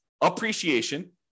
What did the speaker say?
appreciation